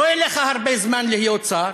לא יהיה לך הרבה זמן להיות שר,